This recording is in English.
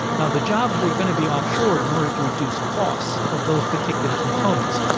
and the jobs were going to be offshore in order to reduce costs of those particular components.